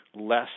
less